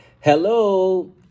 Hello